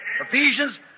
Ephesians